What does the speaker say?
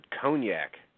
cognac